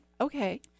Okay